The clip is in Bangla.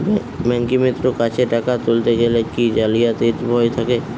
ব্যাঙ্কিমিত্র কাছে টাকা তুলতে গেলে কি জালিয়াতির ভয় থাকে?